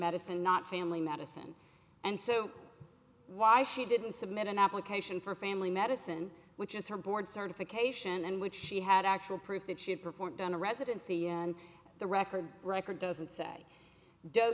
medicine not family medicine and so why she didn't submit an application for family medicine which is her board certification in which she had actual proof that she had performed on a residency and the record record doesn't say